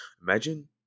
Imagine